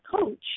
coach